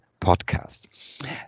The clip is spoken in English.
podcast